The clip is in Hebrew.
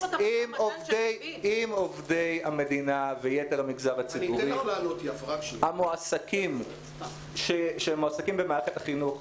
אם עובדי המדינה ויתר המגזר הציבורי שמועסקים במערכת החינוך